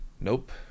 Nope